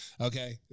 Okay